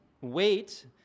wait